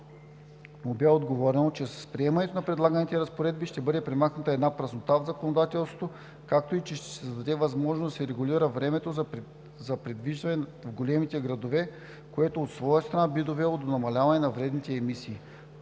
му бе отговорено, че с приемането на предлаганите разпоредби ще бъде премахната една празнота в законодателството, както и, че ще се създаде възможност да се регулира времето за придвижване в големите градове, което от своя страна би довело до намаляване на вредните емисии.